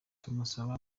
tumusaba